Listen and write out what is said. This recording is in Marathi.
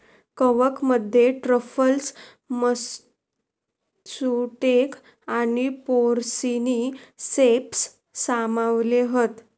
कवकमध्ये ट्रफल्स, मत्सुटेक आणि पोर्सिनी सेप्स सामावले हत